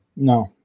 no